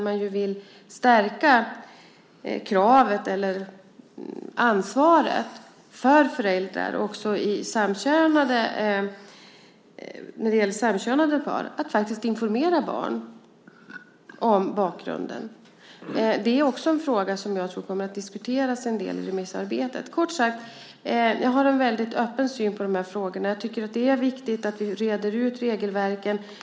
Man vill stärka ansvaret för föräldrar också när det gäller samkönade par att faktiskt informera barn om bakgrunden. Det är också en fråga som jag tror kommer att diskuteras en del i remissarbetet. Kort sagt har jag en väldigt öppen syn på de här frågorna. Jag tycker att det är viktigt att vi reder ut regelverken.